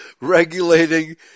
regulating